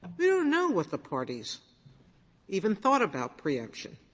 we don't know what the parties even thought about preemption.